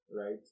right